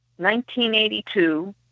1982